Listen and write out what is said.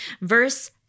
Verse